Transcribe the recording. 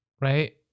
right